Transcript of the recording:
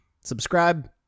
subscribe